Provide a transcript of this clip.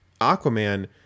aquaman